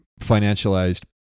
financialized